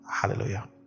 hallelujah